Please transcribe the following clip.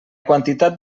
quantitat